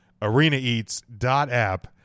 ArenaEats.app